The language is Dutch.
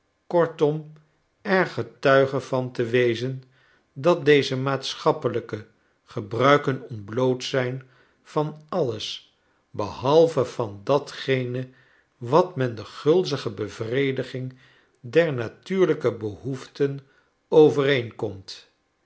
kortom er getuige van te wezen dat deze maatschappelijke gebruiken ontbloot zijn van alles behalve van datgene wat met de gulzige bevrediging der natuurlijke behoeften